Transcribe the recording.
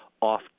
off